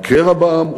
לקרע בעם,